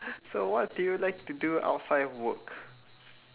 so what do you like to do outside of work